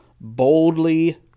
boldly